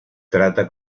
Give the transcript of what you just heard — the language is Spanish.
trata